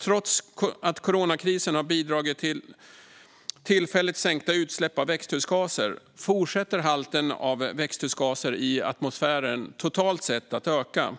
Trots att coronakrisen har bidragit till tillfälligt sänkta utsläpp av växthusgaser fortsätter halten av växthusgaser i atmosfären totalt sett att öka.